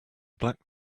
black